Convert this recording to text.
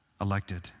elected